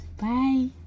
bye